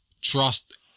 trust